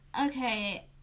okay